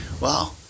wow